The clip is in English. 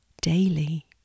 daily